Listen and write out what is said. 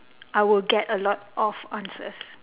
I would get a lot of answers